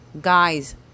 guys